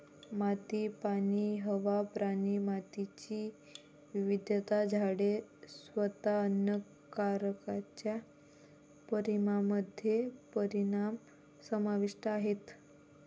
माती, पाणी, हवा, प्राणी, मातीची विविधता, झाडे, स्वतः अन्न कारच्या परिणामामध्ये परिणाम समाविष्ट आहेत